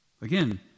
Again